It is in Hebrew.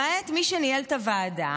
למעט מי שניהל את הוועדה,